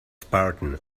spartan